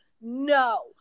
No